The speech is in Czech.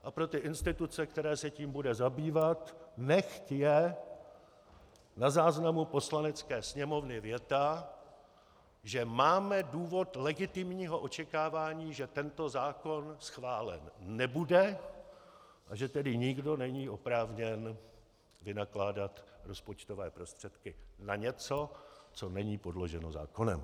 A pro ty instituce, které se tím budou zabývat, nechť je na záznamu Poslanecké sněmovny věta, že máme důvod legitimního očekávání, že tento zákon schválen nebude, a že tedy nikdo není oprávněn vynakládat rozpočtové prostředky na něco, co není podloženo zákonem.